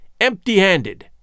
empty-handed